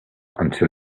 until